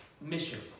mission